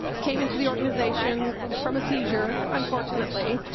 came into the organization from a seizure. unfortunately.